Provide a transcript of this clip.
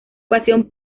pasión